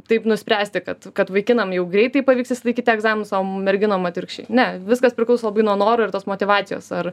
taip nuspręsti kad kad vaikinam jau greitai pavyks išsilaikyt egzaminus o merginom atvirkščiai ne viskas priklauso nuo noro ir tos motyvacijos ar